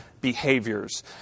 behaviors